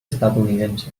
estadounidense